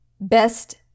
best